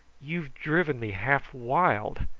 you've driven me half-wild.